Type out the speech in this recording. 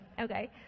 okay